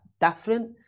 different